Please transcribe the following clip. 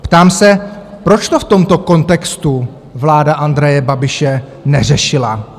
Ptám se, proč to v tomto kontextu vláda Andreje Babiše neřešila?